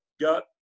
got